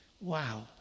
Wow